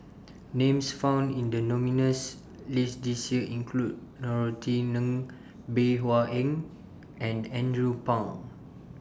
Names found in The nominees list This Year include Norothy Ng Bey Hua Heng and Andrew Phang